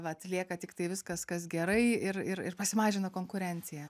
vat lieka tiktai viskas kas gerai ir ir pasimažina konkurencija